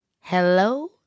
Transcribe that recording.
Hello